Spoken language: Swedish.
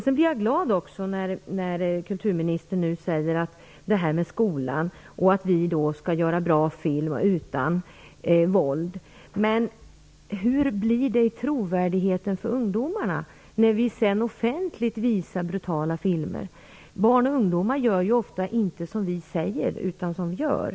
Jag blir glad över det kulturministern säger om skolan. Vi skall göra bra film utan våld. Men hur blir det med trovärdigheten inför ungdomarna när vi sedan offentligt visar brutala filmer? Barn och ungdomar gör inte ofta som vi säger utan som vi gör.